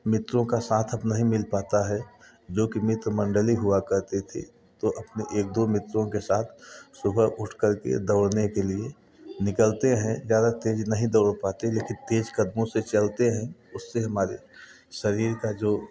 मित्रों का साथ अब नहीं मिल पाता है जोकि मित्र मंडली हुआ करती थी तो अपने एक दो मित्रों के साथ सुबह उठ करके दौड़ने के लिए निकलते हैं ज़्यादा तेज नहीं दौड़ पाते लेकिन तेज कदमों से चलते हैं उससे हमारे शरीर का जो